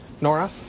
Nora